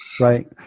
Right